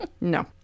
no